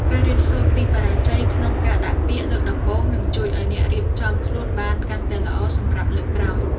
ការរៀនសូត្រពីបរាជ័យក្នុងការដាក់ពាក្យលើកដំបូងនឹងជួយឱ្យអ្នករៀបចំខ្លួនបានកាន់តែល្អសម្រាប់លើកក្រោយ។